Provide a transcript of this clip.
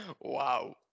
wow